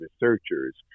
researchers